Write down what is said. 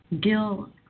Gil